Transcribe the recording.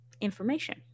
information